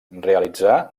realitzà